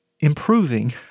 improving